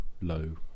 low